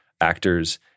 actors